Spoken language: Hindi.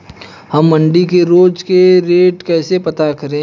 हम मंडी के रोज के रेट कैसे पता करें?